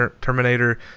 Terminator